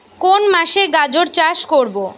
কোন মাসে গাজর চাষ করব?